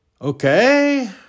Okay